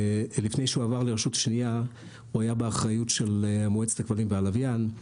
לפני שהוא עבר לרשות השנייה הוא היה באחריות של מועצת הכבלים והלוויין,